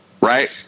Right